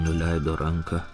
nuleido ranką